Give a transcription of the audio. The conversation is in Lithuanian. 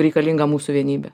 reikalinga mūsų vienybė